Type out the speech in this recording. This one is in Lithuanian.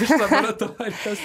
iš laboratorijos